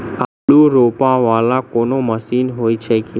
आलु रोपा वला कोनो मशीन हो छैय की?